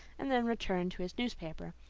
and then returned to his newspaper.